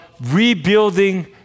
rebuilding